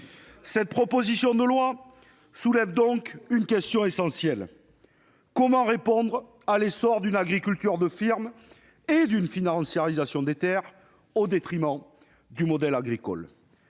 Cette proposition de loi soulève donc une question essentielle : comment répondre à l'essor d'une agriculture de firmes et d'une financiarisation des terres qui se font au détriment du modèle agricole ?